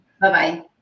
Bye-bye